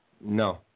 No